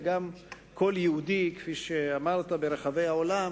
וגם כל יהודי ברחבי העולם,